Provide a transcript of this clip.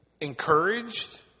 Encouraged